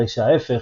הרי שההפך,